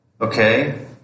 okay